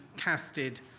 casted